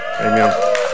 Amen